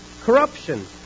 corruption